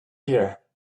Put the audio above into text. here